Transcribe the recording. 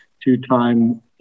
two-time